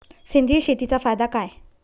सेंद्रिय शेतीचा फायदा काय?